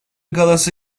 galası